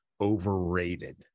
overrated